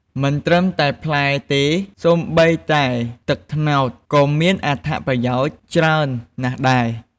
មិនត្រឹមតែផ្លែទេ សូម្បីតែទឹកត្នោតក៏មានអត្ថប្រយោជន៍ច្រើនណាស់ដែរ។